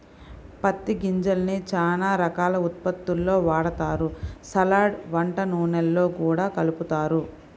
పత్తి గింజల్ని చానా రకాల ఉత్పత్తుల్లో వాడతారు, సలాడ్, వంట నూనెల్లో గూడా కలుపుతారు